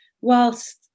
whilst